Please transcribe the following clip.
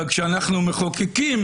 אבל כשאנחנו מחוקקים,